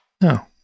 No